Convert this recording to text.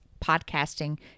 podcasting